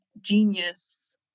genius